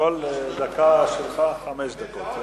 כל דקה שלך, חמש דקות.